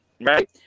Right